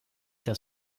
das